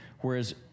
whereas